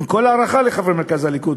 עם כל ההערכה לחברי מרכז הליכוד.